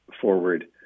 forward